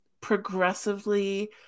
progressively